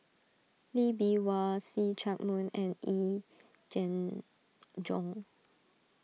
Lee Bee Wah See Chak Mun and Yee Jenn Jong